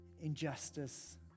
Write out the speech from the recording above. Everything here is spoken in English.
injustice